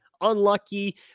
unlucky